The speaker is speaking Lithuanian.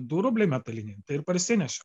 du rubliai metaliniai tai ir parsinešė